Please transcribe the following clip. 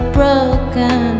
broken